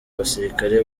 basirikare